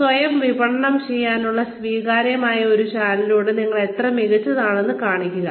സ്വയം വിപണനം ചെയ്യാനുള്ള സ്വീകാര്യമായ ഒരു ചാനലിലൂടെ നിങ്ങൾ എത്ര മികച്ചവരാണ് കാണിക്കുക